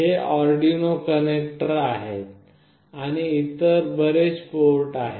हे Arduino connector आहेत आणि इतर बरेच पोर्ट आहेत